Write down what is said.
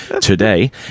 today